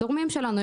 התורמים שלנו.